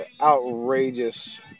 outrageous